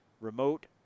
remote